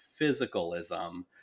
physicalism